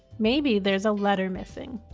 maybe there's a letter missing.